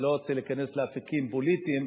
ואני לא רוצה להיכנס לאפיקים פוליטיים.